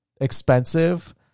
expensive